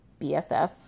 BFF